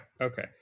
okay